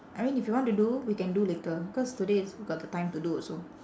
I mean if you want to do we can do later cause today is got the time to do also